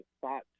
thought